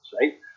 right